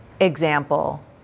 example